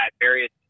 various